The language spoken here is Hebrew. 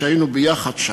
היינו ביחד שם.